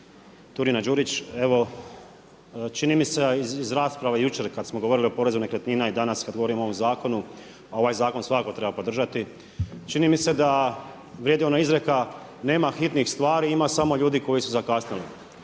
Turina-Đurić, evo čini mi se a evo i iz rasprava jučer kada smo govorili o porezu nekretnina i danas kada govorimo o ovom zakonu a ovaj zakon svakako treba podržati, čini mi se da vrijedi ona izreka, nema hitnih stvari, ima samo ljudi koji su zakasnili.